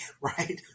right